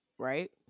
Right